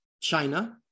China